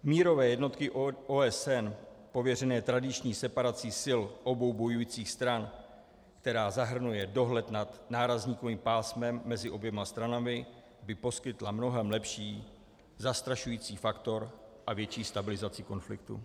Mírové jednotky OSN pověřené tradiční separací sil obou bojujících stran, která zahrnuje dohled nad nárazníkovým pásmem mezi oběma stranami, by poskytla mnohem lepší zastrašující faktor a větší stabilizaci konfliktů.